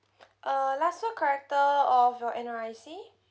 uh last four character of your N_R_I_C